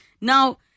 Now